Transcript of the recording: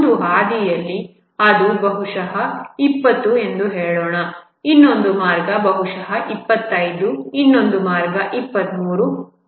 ಒಂದು ಹಾದಿಯಲ್ಲಿ ಅದು ಬಹುಶಃ 20 ಎಂದು ಹೇಳೋಣ ಇನ್ನೊಂದು ಮಾರ್ಗ ಬಹುಶಃ 25 ಇನ್ನೊಂದು ಮಾರ್ಗ ಬಹುಶಃ 23